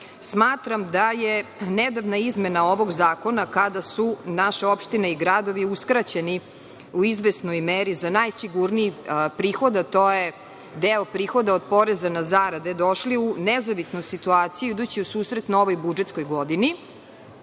smatram da je nedavna izmena ovog zakona, kada su naše opštine i gradovi uskraćeni u izvesnoj meri za najsigurniji prihod, a to je deo prihoda od poreza na zarade, došli u nezavidnu situaciju idući u susret novoj budžetskoj godini.